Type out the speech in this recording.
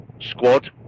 squad